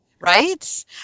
Right